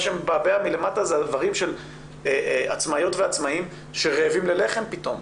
מה שמבעבע מלמטה זה עצמאיות ועצמאים שרעבים ללחם פתאום.